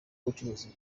ubucuruzi